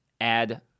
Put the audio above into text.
Add